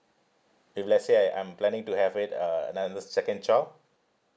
if let's say I I'm planning to have it uh another second child